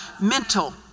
mental